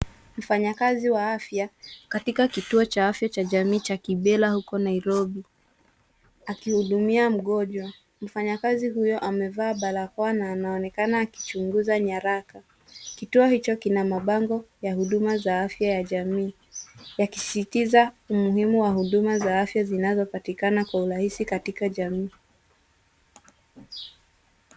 Mfanyakazi wa afya katika kituo cha afya cha jamii cha Kibera huko Nairobi, akihudumia mgonjwa. Mfanyakazi huyo amevaa barakoa na anaonekana akichunguza nyaraka. Kituo hicho kina mabango ya huduma za afya ya jamii, yakisisitiza umuhimu wa huduma za afya zinazopatikana kwa urahisi katika jamii.